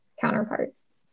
counterparts